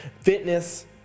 fitness